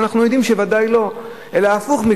אנחנו יודעים שוודאי שלא, אלא הפוך,